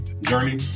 journey